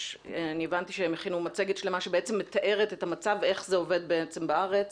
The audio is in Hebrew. והבנתי שהכינו מצגת שלמה שמתארת את המצב איך זה עובד בארץ.